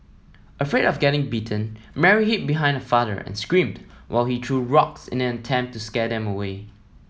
afraid of getting bitten Mary hid behind her father and screamed while he threw rocks in an attempt to scare them away